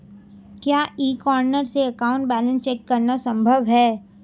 क्या e corner से account balance check करना संभव है?